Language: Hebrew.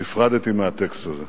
נפרדתי מהטקסט הזה.